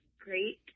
great